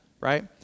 right